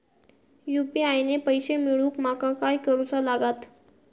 UPI ने पैशे मिळवूक माका काय करूचा लागात?